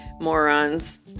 morons